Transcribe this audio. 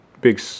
big